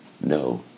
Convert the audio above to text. No